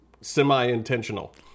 semi-intentional